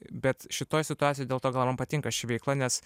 bet šitoj situacijoj dėl to man patinka ši veikla nes